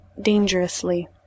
dangerously